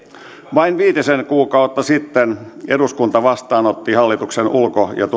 vain viitisen kuukautta sitten eduskunta vastaanotti hallituksen ulko ja